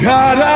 God